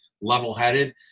level-headed